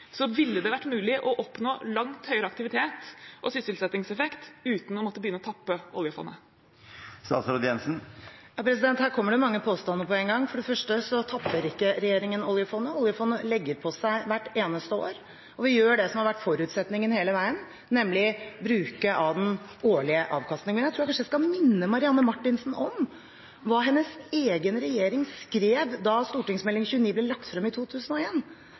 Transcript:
ville det vært mulig å oppnå langt høyere aktivitet og sysselsettingseffekt uten å måtte begynne å tappe oljefondet? Her kommer det mange påstander på en gang. For det første tapper ikke regjeringen oljefondet. Oljefondet legger på seg hvert eneste år. Vi gjør det som har vært forutsetningen hele veien, nemlig å bruke av den årlige avkastningen. Jeg tror kanskje jeg skal minne Marianne Marthinsen om hva hennes egen regjering skrev da St.meld. nr. 29 for 2000–2001 ble lagt fram i